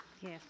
Yes